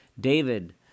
David